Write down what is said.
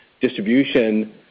distribution